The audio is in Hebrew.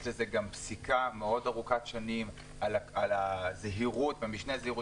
יש לזה גם זיקה ארוכת שנים על משנה הזהירות